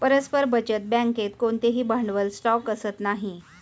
परस्पर बचत बँकेत कोणतेही भांडवल स्टॉक असत नाही